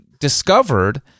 discovered